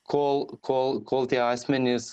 kol kol kol tie asmenys